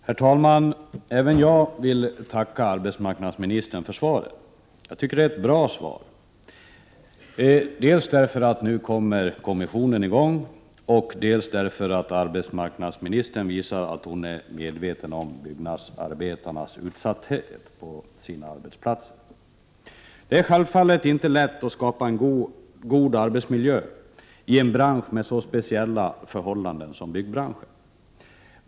Herr talman! Även jag vill tacka arbetsmarknadsministern för svaret. Jag 25 november 1988 tycker att det är ett bra svar, dels därför att kommissionen nu kommer igång og med sitt arbete, dels därför att arbetsmarknadsministern är medveten om byggnadsarbetarnas utsatthet på arbetsplatsen. Det är självfallet inte lätt att skapa en god arbetsmiljö i en bransch med så speciella förhållanden som byggbranschen.